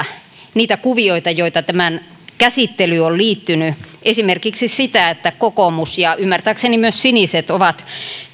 niitä kuvioita joita tämän käsittelyyn on liittynyt esimerkiksi sitä että kokoomus ja ymmärtääkseni myös siniset ovat